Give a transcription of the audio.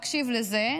תקשיב לזה,